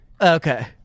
Okay